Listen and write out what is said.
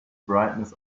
brightness